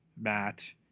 Matt